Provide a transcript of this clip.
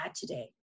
today